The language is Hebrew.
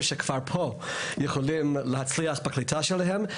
שכבר פה יוכלו להצליח בקליטה שלהם.